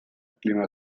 clima